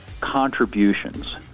contributions